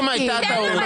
אם הייתה טעות,